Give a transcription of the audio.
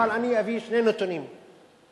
אבל אני אביא שני נתונים שלדעתי,